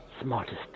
smartest